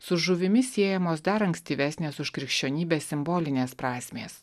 su žuvimi siejamos dar ankstyvesnės už krikščionybės simbolinės prasmės